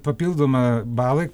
papildoma balai